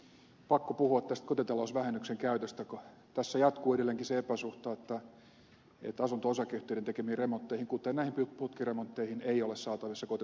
on pakko puhua tästä kotitalousvähennyksen käytöstä kun tässä jatkuu edelleenkin se epäsuhta että asunto osakeyhtiöiden tekemiin remontteihin kuten näihin putkiremontteihin ei ole saatavissa kotitalousvähennystä